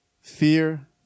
Fear